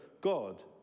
God